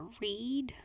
read